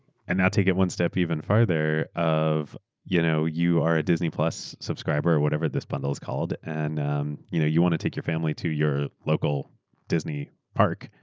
and i take it one step even further. you know you are a disney plus subscriber, whatever this bundles called, and um you know you want to take your family to your local disney park.